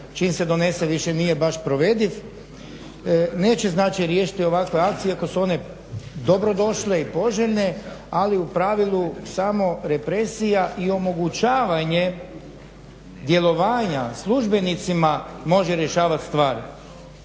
čim se donese više nije baš provediv, neće znači riješiti ovakve akcije iako su one dobrodošle i poželjne ali u pravilu samo represija i omogućavanje djelovanje službenicima može rješavati stvar.